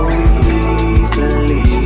easily